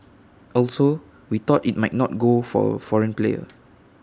also we thought IT might not go for A foreign player